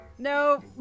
No